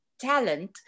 talent